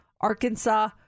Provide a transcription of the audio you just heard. Arkansas